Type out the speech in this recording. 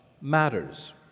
matters